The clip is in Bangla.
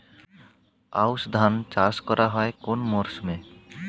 আউশ ধান চাষ করা হয় কোন মরশুমে?